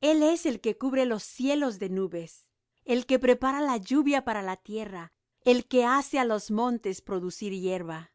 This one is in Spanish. el es el que cubre los cielos de nubes el que prepara la lluvia para la tierra el que hace á los montes producir hierba